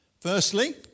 Firstly